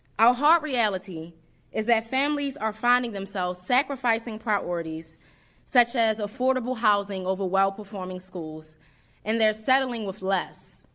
our hard reality is that families are finding themselves sacrificing priorities such as affordable housing over well performing schools and they're settling with less.